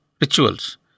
rituals